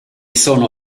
sono